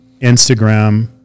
Instagram